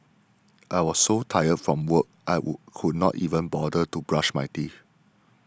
I was so tired from work I would could not even bother to brush my teeth